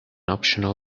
optional